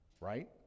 right